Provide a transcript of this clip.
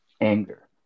anger